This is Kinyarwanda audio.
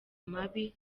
mabi